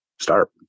start